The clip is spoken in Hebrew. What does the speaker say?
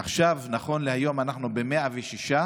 עכשיו, נכון להיום, אנחנו ב-106,